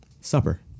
supper